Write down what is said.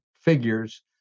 figures